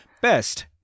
best